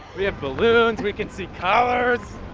we have balloons. we can see colors.